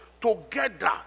together